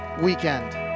weekend